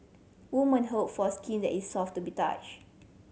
woman hope for skin that is soft to the touch